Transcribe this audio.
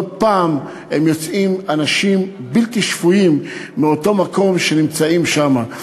לא פעם הם יוצאים אנשים בלתי שפויים מאותו מקום שנמצאים שם.